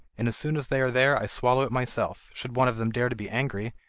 and as soon as they are there i swallow it myself should one of them dare to be angry,